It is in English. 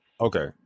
okay